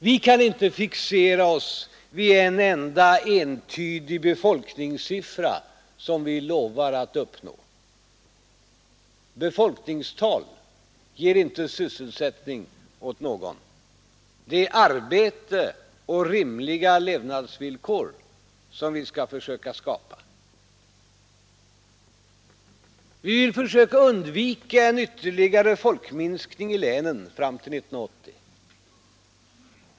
Vi kan inte fixera oss vid en enda entydig befolkningssiffra, som vi lovar att uppnå. Befolkningstal ger inte sysselsättning åt någon. Det är arbete och rimliga levnadsvillkor som vi skall söka skapa. Vi vill försöka undvika en ytterligare folkminskning i länen fram till 1980.